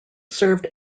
served